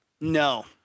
No